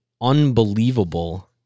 unbelievable